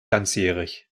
ganzjährig